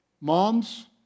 Moms